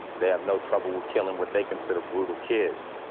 they have no trouble with killing what they consider brutal kids.